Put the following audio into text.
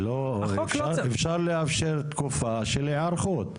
אפשר לאפשר תקופה של היערכות.